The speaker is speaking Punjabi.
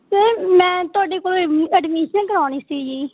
ਸਰ ਮੈਂ ਤੁਹਾਡੇ ਕੋਲ ਐਮ ਐਡਮਿਸ਼ਨ ਕਰਵਾਉਣੀ ਸੀ ਜੀ